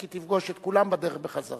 כי תפגוש את כולם בדרך בחזרה.